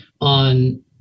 on